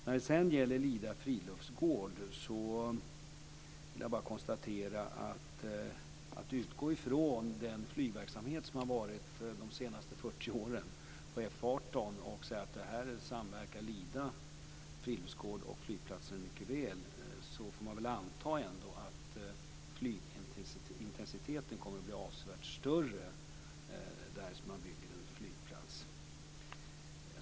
När det gäller Lida friluftsgård kan jag konstatera att Birgitta Wistrand utgår från den flygverksamhet som har pågått under de senaste 40 åren på F 18, och säger att Lida friluftsgård och flygplatsen samverkar mycket väl. Men man får väl ändå anta att flygintensiteten kommer att bli avsevärt högre därest man bygger en flygplats!